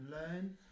learn